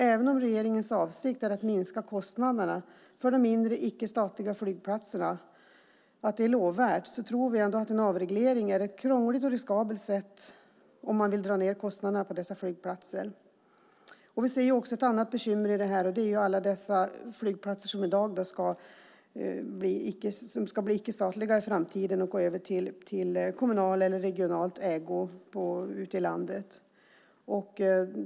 Även om regeringens avsikt att minska kostnaderna för de mindre icke statliga flygplatserna är lovvärd tror vi att en avreglering är ett krångligt och riskabelt sätt om man vill dra ned kostnaderna för dessa flygplatser. Vi ser också ett annat bekymmer, nämligen alla de flygplatser som ska bli icke statliga i framtiden och gå över till kommunal eller regional ägo ute i landet.